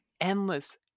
endless